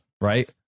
Right